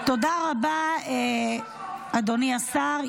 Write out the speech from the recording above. תודה רבה, אדוני השר.